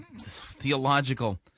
theological